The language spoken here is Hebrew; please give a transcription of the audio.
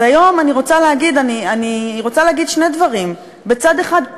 אז היום אני רוצה להגיד שני דברים: מצד אחד,